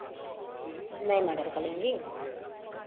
नए मोडेल का लेंगी